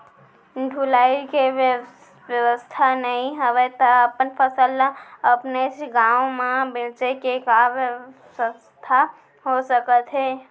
ढुलाई के बेवस्था नई हवय ता अपन फसल ला अपनेच गांव मा बेचे के का बेवस्था हो सकत हे?